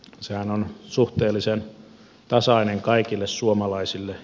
sehän on suhteellisen tasaista kaikille suomalaisille